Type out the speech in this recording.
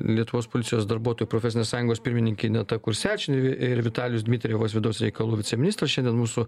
lietuvos policijos darbuotojų profesinės sąjungos pirmininkė ineta kursevičienė ir vitalijus dmitrijevas vidaus reikalų viceministras šiandien mūsų